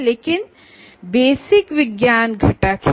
लेकिन ये तय है कि बेसिक साइंस एक कंपोनेंट है